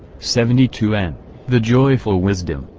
seventy two n the joyful wisdom,